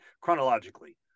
chronologically